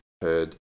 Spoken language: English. heard